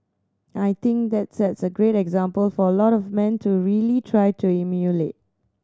I think that sets a great example for a lot of men to really try to emulate